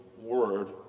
word